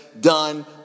done